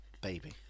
Baby